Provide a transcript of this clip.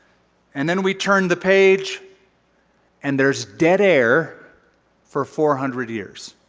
and then we turn the page and there's dead air for four hundred years.